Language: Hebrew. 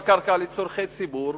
בקרקע לצורכי ציבור,